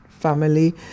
family